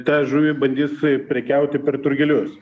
tą žuvį bandys prekiauti per turgelius